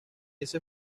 ese